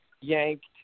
yanked